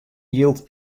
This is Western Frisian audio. jild